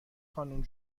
خانوم